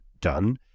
done